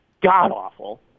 god-awful